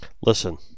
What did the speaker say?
listen